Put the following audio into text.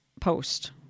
Post